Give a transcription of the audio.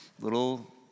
little